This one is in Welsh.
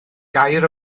gair